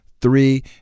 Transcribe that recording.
Three